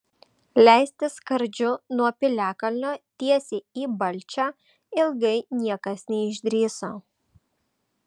leistis skardžiu nuo piliakalnio tiesiai į balčią ilgai niekas neišdrįso